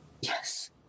Yes